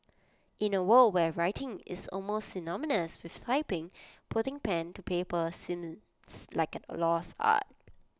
in A world where writing is almost synonymous with typing putting pen to paper seems like A lost art